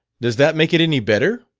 does that make it any better?